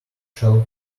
shelf